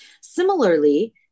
Similarly